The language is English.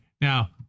now